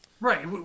Right